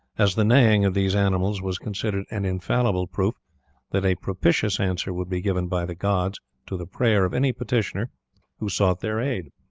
as the neighing of these animals was considered an infallible proof that a propitious answer would be given by the gods to the prayer of any petitioner who sought their aid.